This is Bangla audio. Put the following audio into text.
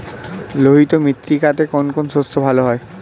লোহিত মৃত্তিকাতে কোন কোন শস্য ভালো হয়?